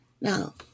Now